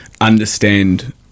understand